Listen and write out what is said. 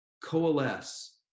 coalesce